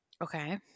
Okay